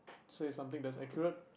so is something that is accurate